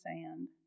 sand